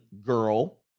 girl